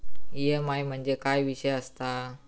EMI म्हणजे काय विषय आसता?